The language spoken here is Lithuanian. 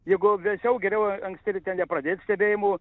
jeigu vėsiau geriau anksti ryte nepradėt stebėjimų